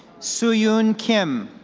sue yeah ah and kim.